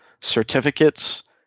certificates